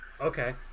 Okay